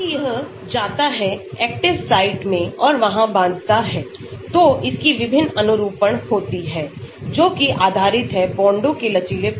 जबकि यह जाता है एक्टिव साइट मैं और वहां बांधता है तो इसकीविभिन्न अनुरूपण होती है जो कि आधारित है बांडों के लचीलेपन पर